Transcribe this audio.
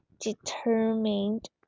determined